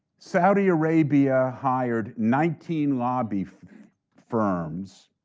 saudi arabia hired nineteen lobby firms,